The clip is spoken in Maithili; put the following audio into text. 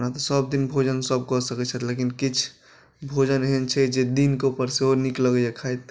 ओना तऽ सभदिन भोजन सभकिछु कऽ सकैत छथि लेकिन किछु भोजन एहन छै जे दिनके ऊपर सेहो नीक लगैए खाइत